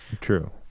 True